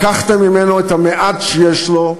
לקחתם ממנו את המעט שיש לו,